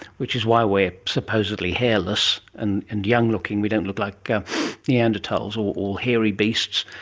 which is why we're supposedly hairless and and young looking, we don't look like neanderthals or or hairy beasts,